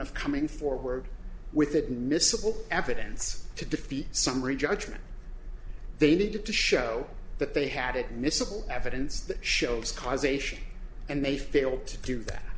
of coming forward with that missile evidence to defeat summary judgment they need to show that they had it miscible evidence that shows causation and they failed to do that